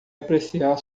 apreciar